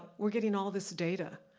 we're getting all this data.